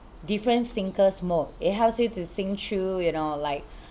different thinkers mode it helps you to think through you know like